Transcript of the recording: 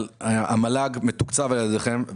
אבל המל"ג מתוקצב על ידכם.